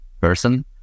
person